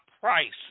price